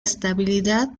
estabilidad